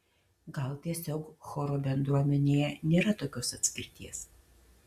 gal tiesiog choro bendruomenėje nėra tokios atskirties